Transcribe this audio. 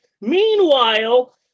Meanwhile